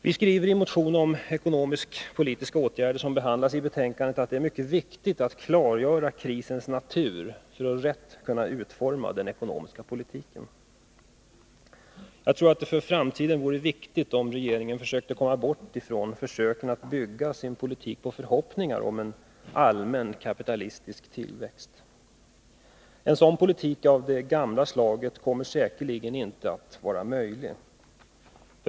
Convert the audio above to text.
Vi skriver i den motion om ekonomisk-politiska åtgärder som behandlas i betänkandet att det är mycket viktigt att klargöra krisens natur för att rätt kunna utforma den ekonomiska politiken. Jag tror att det för framtiden vore viktigt om regeringen försökte komma bort från försöken att bygga sin politik på förhoppningar om en allmän kapitalistisk tillväxt. En sådan politik av det gamla slaget kommer säkerligen inte att vara möjlig.